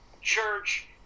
church